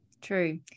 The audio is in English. true